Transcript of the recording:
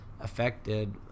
affected